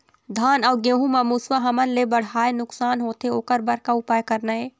धान अउ गेहूं म मुसवा हमन ले बड़हाए नुकसान होथे ओकर बर का उपाय करना ये?